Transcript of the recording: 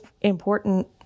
important